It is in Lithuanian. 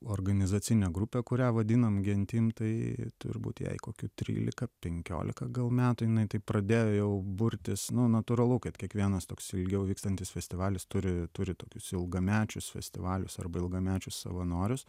organizacinė grupė kurią vadinam gentim tai turbūt jai kokių trylika penkiolika gal metų jinai taip pradėjo jau burtis nu natūralu kad kiekvienas toks ilgiau vykstantis festivalis turi turi tokius ilgamečius festivalius arba ilgamečius savanorius